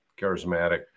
charismatic